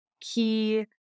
key